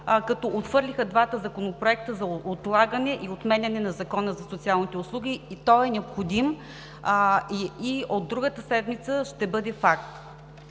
като отхвърлиха двата законопроекта за отлагане и отменяне на Закона за социалните услуги. Той е необходим и от другата седмица ще бъде факт.